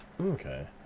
Okay